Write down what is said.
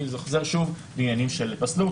זה חוזר שוב לעניינים של פסלות,